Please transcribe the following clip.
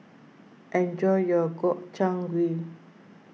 enjoy your Gobchang Gui